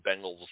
Bengals